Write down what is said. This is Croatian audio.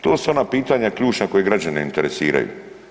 To su ona pitanja ključna koja građane interesiraju.